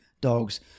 dogs